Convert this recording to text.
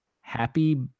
happy